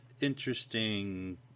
interesting